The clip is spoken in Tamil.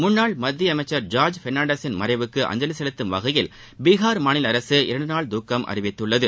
முன்னாள் மத்திய அமைச்சர் ஜார்ஜ் பெர்னாண்டஸின் மறைவுக்கு அஞ்சலி செலுத்தும் வகையில் பீஹார் மாநில அரசு இரண்டுநாள் துக்கம் அறிவித்துள்ளது